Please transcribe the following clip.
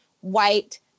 white